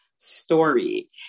story